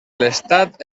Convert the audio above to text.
l’estat